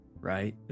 right